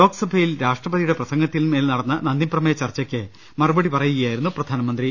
ലോക്സഭയിൽ രാഷ്ട്രപതിയുടെ പ്രസംഗത്തിന്മേൽ നടന്ന നന്ദിപ്രമേയ ചർച്ചക്ക് മറുപടി പറയുകയായിരുന്നു പ്രധാന മന്ത്രി